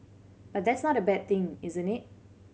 but that's not a bad thing isn't it